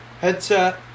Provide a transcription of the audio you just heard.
headset